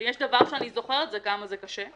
אבל אם יש דבר אחד שאני זוכרת זה כמה שזה קשה.